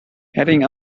heading